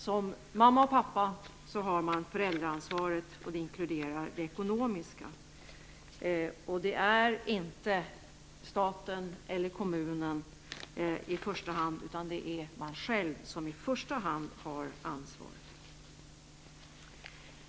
Som mamma och pappa har man föräldraansvaret, och det inkluderar det ekonomiska. Det är inte staten eller kommunen utan det är man själv som i första hand har ansvaret.